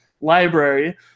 library